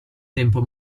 tempo